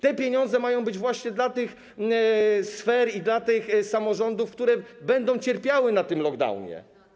Te pieniądze mają być właśnie dla tych sfer i dla tych samorządów, które będą cierpiały na lockdownie.